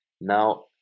Now